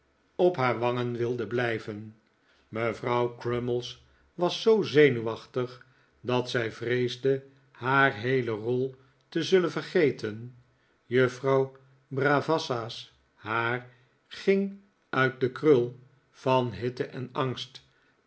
op haar wangen wilde blijven mevrouw crummies was zoo zenuwachtig dat zij vreesde haar heele rol te zullen vergeten juffrouw bravassa's haar ging uit de krul van hitte en angst